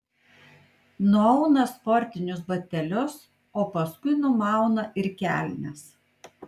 nuauna sportinius batelius o paskui numauna ir kelnes